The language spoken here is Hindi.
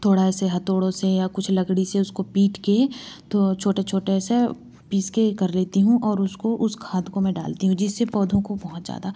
थोड़ा ऐसे हथौड़ो से या कुछ लकड़ी से उसको पीट के तो छोटे छोटे ऐसे पीस के ही कर लेती हूँ और उसको उस खाद को मैं डालती हूँ जिससे पौधों को बहुत ज़्यादा